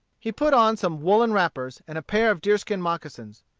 he put on some woollen wrappers and a pair of deerskin moccasins.